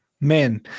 Man